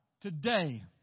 today